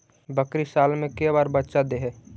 बकरी साल मे के बार बच्चा दे है?